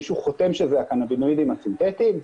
מישהו חותם שזה הקנבינואידים הסינתטיים?